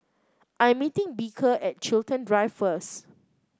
I am meeting Beecher at Chiltern Drive first